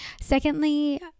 secondly